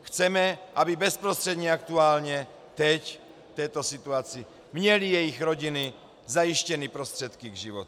Chceme, aby bezprostředně aktuálně teď v této situaci měly jejich rodiny zajištěny prostředky k životu.